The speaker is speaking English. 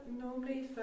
normally